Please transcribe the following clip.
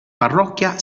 parrocchia